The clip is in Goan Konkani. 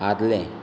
आदलें